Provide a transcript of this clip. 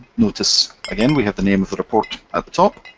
notice again we have the name of the report at the top,